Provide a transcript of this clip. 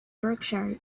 berkshire